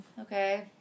Okay